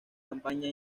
campaña